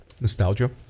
nostalgia